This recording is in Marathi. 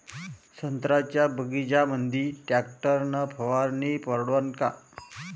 संत्र्याच्या बगीच्यामंदी टॅक्टर न फवारनी परवडन का?